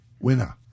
Winner